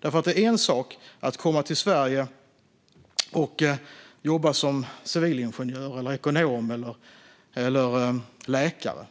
Det är en sak att komma till Sverige och jobba som civilingenjör, ekonom eller läkare